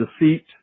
deceit